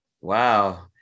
wow